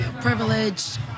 privileged